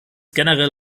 generell